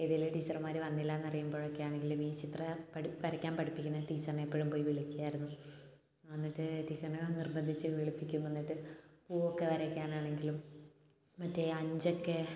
ഏതെങ്കിലും ടീച്ചർമാർ വന്നില്ല എന്ന് അറിയുമ്പോഴൊക്കെ ആണെങ്കിലും ഈ ചിത്ര പഠി വരയ്ക്കാൻ പഠിപ്പിക്കുന്ന ടീച്ചറിനെ എപ്പോഴും പോയി വിളിക്കുമായിരുന്നു എന്നിട്ട് ടീച്ചറിനെ നിർബന്ധിച്ച് വിളിപ്പിക്കും എന്നിട്ട് പൂവൊക്കെ വരയ്ക്കാൻ ആണെങ്കിലും മറ്റേ അഞ്ചൊക്കെ